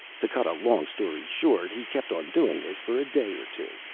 to cut a long story short, he kept on doing this for a day or two,